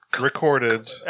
Recorded